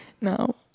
no